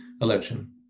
election